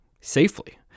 safely